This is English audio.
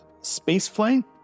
spaceflight